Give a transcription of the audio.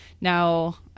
now